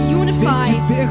unify